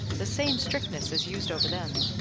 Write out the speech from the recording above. the same strictness is used over them.